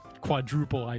quadruple